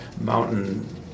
mountain